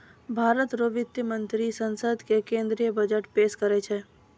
भारत रो वित्त मंत्री संसद मे केंद्रीय बजट पेस करै छै